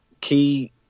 key